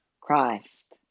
Christ